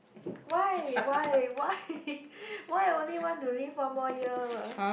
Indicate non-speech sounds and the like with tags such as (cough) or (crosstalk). why why why (laughs) why only want to live one more year